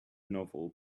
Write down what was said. novel